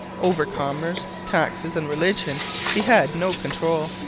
over commerce, taxes, and religion he had no control.